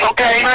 Okay